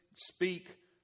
Speak